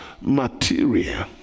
material